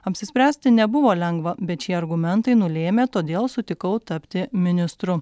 apsispręsti nebuvo lengva bet šie argumentai nulėmė todėl sutikau tapti ministru